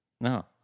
No